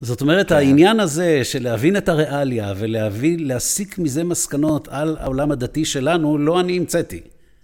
זאת אומרת העניין הזה של להבין את הריאליה ולהסיק מזה מסקנות על העולם הדתי שלנו, לא אני המצאתי.